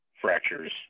fractures